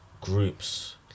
groups